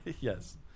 yes